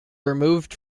removed